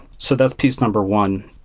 so that's piece number one.